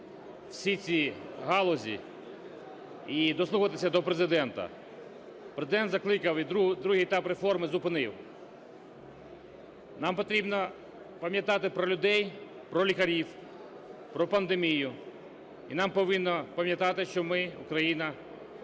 всі ці галузі і дослухатися до Президента. Президент закликав і другий етап реформи зупинив. Нам потрібно пам'ятати про людей, про лікарів, про пандемію, і ми повинні пам'ятати, що ми, Україна,